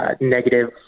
negative